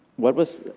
what was,